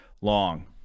Long